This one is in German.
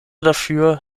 dafür